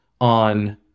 on